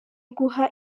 guha